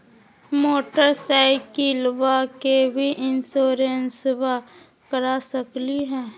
मोटरसाइकिलबा के भी इंसोरेंसबा करा सकलीय है?